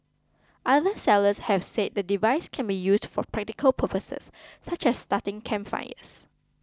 other sellers have said the device can be used for practical purposes such as starting campfires